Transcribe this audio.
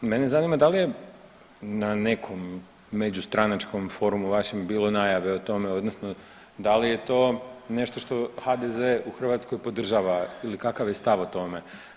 Meni zanima da li je na nekom međustranačkom forumu vašem bilo najave o tome odnosno da li je to nešto što HDZ u Hrvatskoj podržava ili kakav je stav o tome.